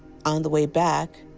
on the way back,